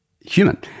human